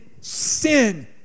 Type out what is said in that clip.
sin